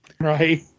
Right